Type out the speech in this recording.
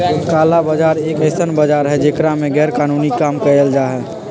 काला बाजार एक ऐसन बाजार हई जेकरा में गैरकानूनी काम कइल जाहई